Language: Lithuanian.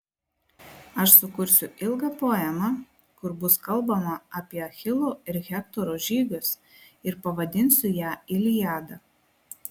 aš sukursiu ilgą poemą kur bus kalbama apie achilo ir hektoro žygius ir pavadinsiu ją iliada